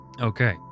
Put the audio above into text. Okay. —